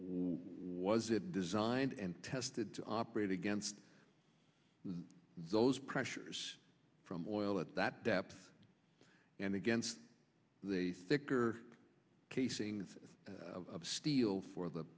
it designed and tested to operate against those pressures from oil at that depth and against the thicker casing of steel for the